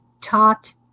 taught